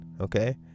Okay